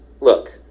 look